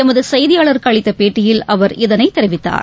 எமதுசெய்தியாளருக்குஅளித்தபேட்டியில் அவர் இதனைத் தெரிவித்தார்